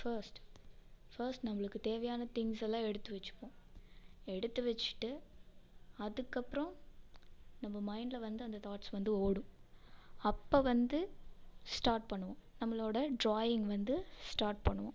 first first நம்மளுக்கு தேவையான திங்ஸெல்லாம் எடுத்து வச்சுக்குவோம் எடுத்து வச்சுட்டு அதுக்கப்புறம் நம்ப மைண்டில் வந்து அந்த தாட்ஸ் வந்து ஓடும் அப்போ வந்து ஸ்டார்ட் பண்ணுவோம் நம்பளோடய ட்ராயிங் வந்து ஸ்டார்ட் பண்ணுவோம்